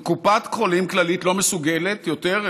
קופת חולים כללית לא מסוגלת יותר,